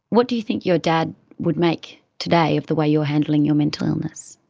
what do you think your dad would make today of the way you're handling your mental illness?